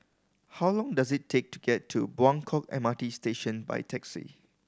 how long does it take to get to Buangkok M R T Station by taxi